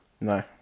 no